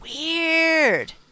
weird